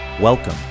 Welcome